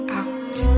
out